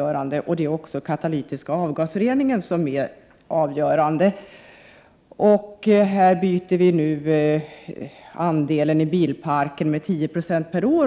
Även den katalytiska avgasreningen är viktig. 10 96 av bilparken byts ut varje år.